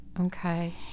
Okay